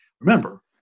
Remember